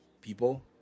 people